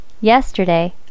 yesterday